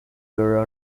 were